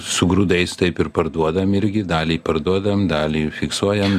su grūdais taip ir parduodam irgi dalį parduodam dalį fiksuojam